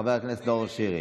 חבר הכנסת נאור שירי.